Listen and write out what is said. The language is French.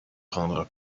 rendre